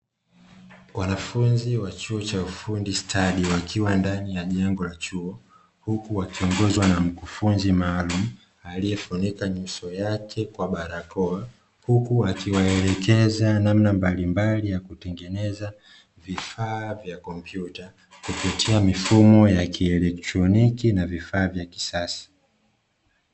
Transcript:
Wanafunzi wa chuo cha ufundi stadi wakiwa ndani ya jengo la chuo, huku wakiongozwa na mkufunzi maalumu aliyefunika nyuso yake kwa barakoa. Huku akiwaelekeza namna mbalimbali ya kutengeneza vifaa vya kompyuta kupitia mifumo ya kielektroniki na vifaa vya kisasa.